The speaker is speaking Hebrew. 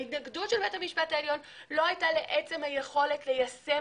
ההתנגדות של בית המשפט העליון לא לעצם היכולת ליישם